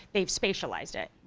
they've spatialized it.